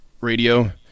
radio